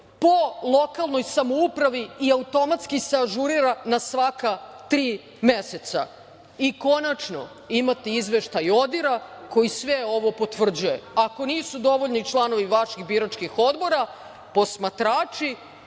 po lokalnoj samoupravi i automatski se ažurira na svaka tri meseca. Konačno, imate izveštaj ODIR-a koji sve ovo potvrđuje, ako nisu dovoljni članovi vaših biračkih odbora, posmatrači